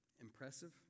impressive